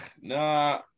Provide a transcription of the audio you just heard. nah